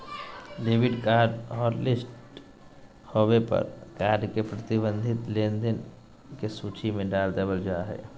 debit card hotlist होबे पर card के प्रतिबंधित लेनदेन के सूची में डाल देबल जा हय